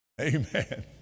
Amen